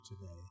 today